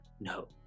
no